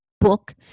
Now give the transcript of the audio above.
book